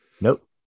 Nope